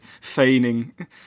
feigning